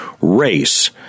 race